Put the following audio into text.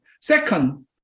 Second